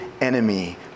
enemy